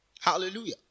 Hallelujah